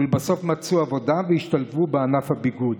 ולבסוף מצאו עבודה והשתלבו בענף הביגוד.